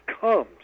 comes